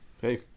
hey